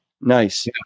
nice